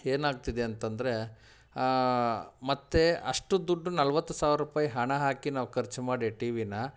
ಏನಾಗ್ತಿದೆ ಅಂತಂದರೆ ಮತ್ತೆ ಅಷ್ಟು ದುಡ್ಡು ನಲವತ್ತು ಸಾವಿರ ರೂಪಾಯಿ ಹಣ ಹಾಕಿ ನಾವು ಖರ್ಚು ಮಾಡಿ ಟಿ ವಿನ